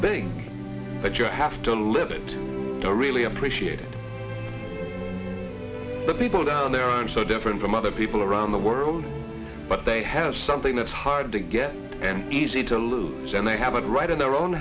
that you have to live it to really appreciate the people down there are so different from other people around the world but they have something that's hard to get and easy to lose and they have a right in their own